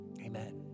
Amen